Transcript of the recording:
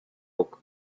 oak